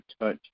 touch